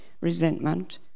resentment